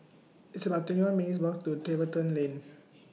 It's about twenty one minutes' Walk to Tiverton Lane